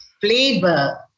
flavor